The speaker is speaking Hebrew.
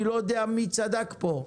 אני לא יודע מי צדק פה.